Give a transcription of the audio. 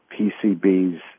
PCBs